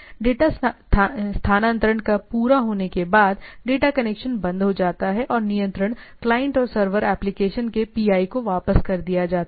data स्थानांतरण के पूरा होने के बाद डेटा कनेक्शन बंद हो जाता है और नियंत्रण क्लाइंट और सर्वर एप्लिकेशन के पीआई को वापस कर दिया जाता है